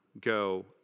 Go